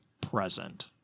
present